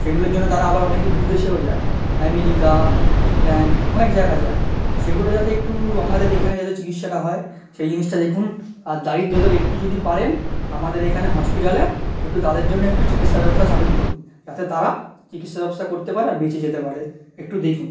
সেগুলির জন্য তারা আবার অনেকে বিদেশেও যায় আমেরিকা ইংল্যান্ড অনেক জায়গায় যায় সেগুলো যাতে একটু আমাদের এখানে যাতে চিকিৎসাটা হয় সেই জিনিসটা দেখুন আর দরিদ্রদের একটু যদি পারেন আমাদের এখানে হসপিটালে একটু তাদের জন্য একটু চিকিৎসা ব্যবস্থা চালু করুন যাতে তারা চিকিৎসা ব্যবস্থা করতে পারে আর বেঁচে যেতে পারে একটু দেখুন